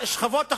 לשכבות החלשות,